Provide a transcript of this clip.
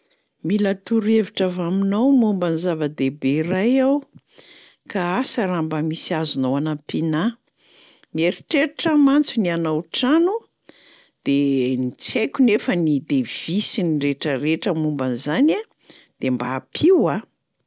“Mila torohevitra avy aminao momba ny zava-dehibe iray aho. Ka asa raha mba misy azonao anampiana ahy. Mieritreritra aho mantsy ny hanao trano de tsy haiko nefa ny devis sy ny rehetrarehetra momban'zany a, de mba ampio aho.”